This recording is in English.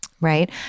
right